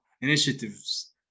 initiatives